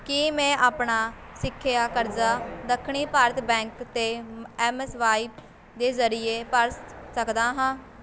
ਕੀ ਮੈਂ ਆਪਣਾ ਸਿੱਖਿਆ ਕਰਜ਼ਾ ਦੱਖਣੀ ਭਾਰਤੀ ਬੈਂਕ ਅਤੇ ਐੱਮਸਵਾਇਪ ਦੇ ਜ਼ਰੀਏ ਭਰ ਸਕਦਾ ਹਾਂ